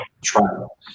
trial